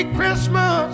Christmas